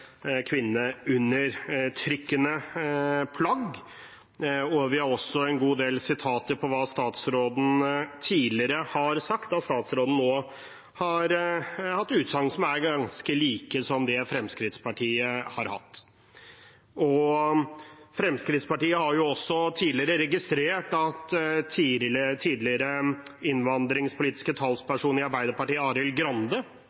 plagg. Vi har en god del sitater som viser hva statsråden tidligere har sagt – at statsråden har hatt utsagn som er ganske like det Fremskrittspartiet har hatt. Fremskrittspartiet har også registrert at tidligere innvandringspolitiske talsperson i Arbeiderpartiet, Arild Grande,